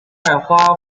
花卉